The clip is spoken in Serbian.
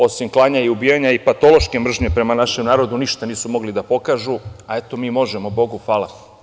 Osim klanja i ubijanja i patološke mržnje prema našem narodu, ništa nisu mogli da pokažu, a eto, mi možemo, Bogu hvala.